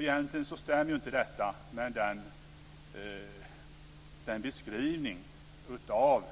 Egentligen stämmer inte detta med den beskrivning av